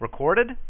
recorded